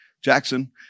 jackson